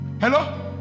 Hello